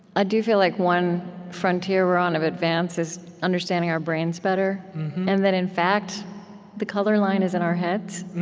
ah do feel like one frontier we're on, of advance, is understanding our brains better and that in fact the color line is in our heads.